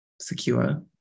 secure